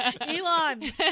elon